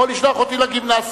או לשלוח אותי לגימנסיה.